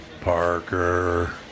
Parker